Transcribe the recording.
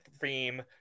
theme